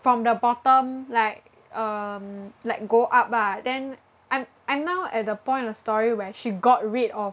from the bottom like um like go up ah then I'm I'm now at the point of the story where she got rid of